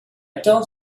told